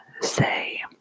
say